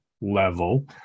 level